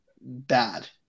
bad